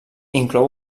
inclou